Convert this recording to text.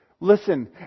Listen